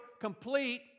complete